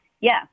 yes